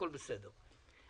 הכול בסדר,